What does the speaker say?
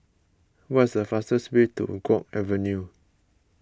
what is the fastest way to Guok Avenue